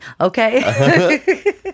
okay